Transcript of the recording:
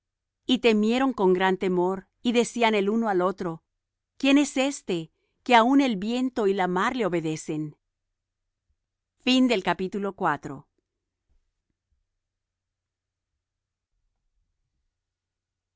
y temieron con gran temor y decían el uno al otro quién es éste que aun el viento y la mar le obedecen y